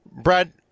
Brad